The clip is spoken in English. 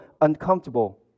uncomfortable